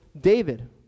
David